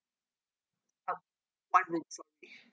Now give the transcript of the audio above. ah one room sorry